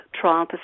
trial